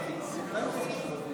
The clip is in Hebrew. הגבלת שכר טרחת עורך דין),